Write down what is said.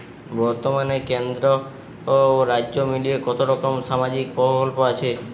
বতর্মানে কেন্দ্র ও রাজ্য মিলিয়ে কতরকম সামাজিক প্রকল্প আছে?